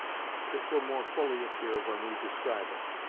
this will more fully appear when we describe it.